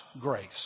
grace